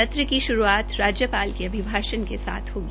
सत्र की शुरूआत राज्यपाल के अभिभाषण के साथ होगी